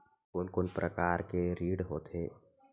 कोन कोन प्रकार के ऋण होथे?